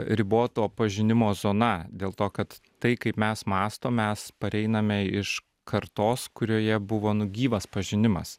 riboto pažinimo zona dėl to kad tai kaip mes mąstom mes pareiname iš kartos kurioje buvo nu gyvas pažinimas